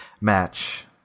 match